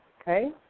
okay